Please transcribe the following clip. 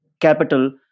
capital